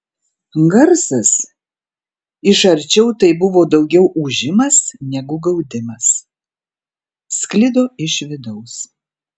garsas iš arčiau tai buvo daugiau ūžimas negu gaudimas sklido iš vidaus